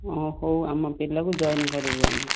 ହଁ ହଉ ଆମ ପିଲାକୁ ଜଏନ କରିବୁ ଆମେ